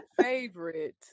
favorite